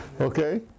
Okay